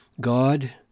God